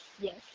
yes